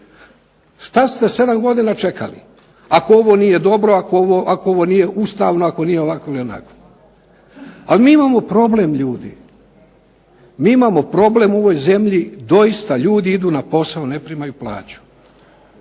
Šta ste 7 godina čekali ako ovo nije dobro, ako ovo nije ustavno, ako nije ovakvo ili onakvo. Ali mi imamo problem ljudi, mi imamo problem u ovoj zemlji, doista ljudi idu na posao, ne primaju plaću.